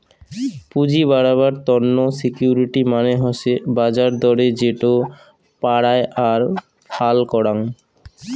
পুঁজি বাড়াবার তন্ন সিকিউরিটি মানে হসে বাজার দরে যেটো পারায় আর ফাল করাং